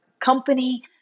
company